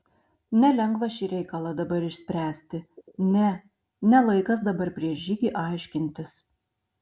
nelengva šį reikalą dabar išspręsti ne ne laikas dabar prieš žygį aiškintis